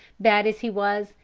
bad as he was,